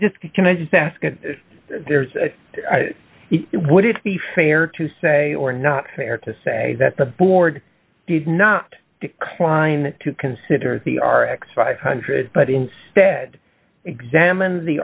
just can i just ask if there's a it would it be fair to say or not fair to say that the board did not decline to consider the r x five hundred but instead examine the